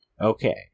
Okay